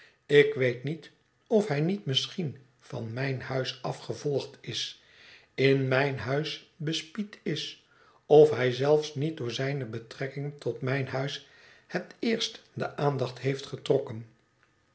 ik weet niet of hij niet misschien van mgn huis af gevolgd is in mijn huis bespied is of hij zelfs niet door zijne betrekking tot mijn huis het eerst de aandacht heeft getrokken